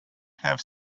have